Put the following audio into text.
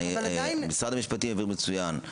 חבר'ה, משרד המשפטים הבהיר מצוין.